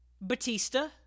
Batista